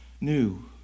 new